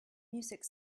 music